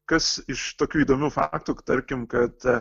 kas iš tokių įdomių faktų tarkim kad